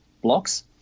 blocks